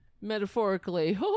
Metaphorically